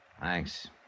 Thanks